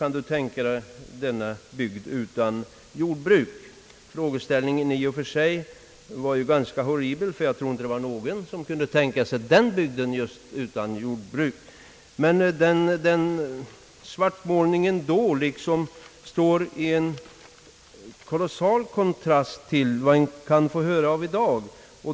Kan du tänka dig denna bygd utan jordbruk?» I och för sig var ju frågeställningen ganska horribel — jag tror inte att någon kunde tänka sig just den bygden utan jordbruk. Men svartmålningen då står i bjärt kontrast till vad man kan få höra i dag.